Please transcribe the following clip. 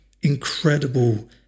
incredible